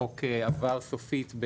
החוק עבר סופית,